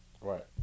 Right